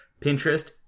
Pinterest